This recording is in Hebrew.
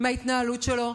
מההתנהלות שלו,